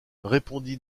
répondit